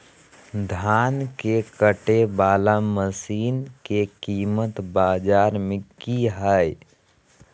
धान के कटे बाला मसीन के कीमत बाजार में की हाय?